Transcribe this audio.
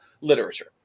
literature